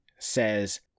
says